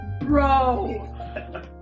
Bro